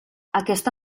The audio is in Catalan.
aquesta